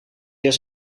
weer